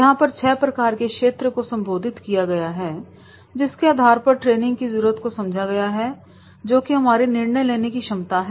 यहां पर छह प्रकार के क्षेत्र को संबोधित किया गया है जिसके आधार पर ट्रेनिंग की जरूरत को समझा गया है जो की हमारी निर्णय लेने की क्षमता है